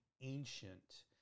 ancient